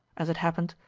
as it happened,